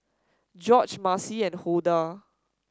Gorge Marci and Hulda